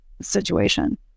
situation